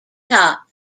top